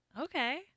Okay